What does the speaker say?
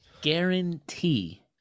guarantee